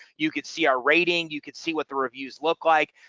you could see our rating you could see what the reviews look like.